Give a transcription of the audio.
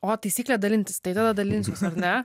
o taisyklė dalintis tai tada dalinsiuos ar ne